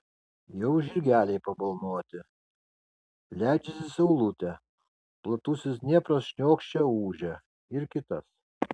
jau žirgeliai pabalnoti leidžiasi saulutė platusis dniepras šniokščia ūžia ir kitas